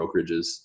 brokerages